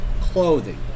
clothing